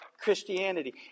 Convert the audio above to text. Christianity